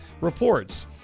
reports